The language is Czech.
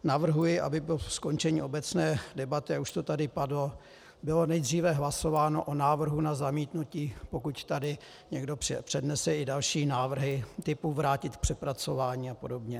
Navrhuji, aby po skončení obecné debaty, a už to tady padlo, bylo nejdříve hlasováno o návrhu na zamítnutí, pokud tady někdo přednese i další návrhy typu vrátit k přepracování a podobně.